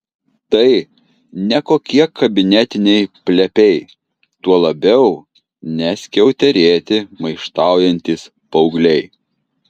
tai ne kokie kabinetiniai plepiai tuo labiau ne skiauterėti maištaujantys paaugliai